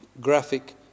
graphic